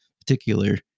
particular